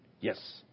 Yes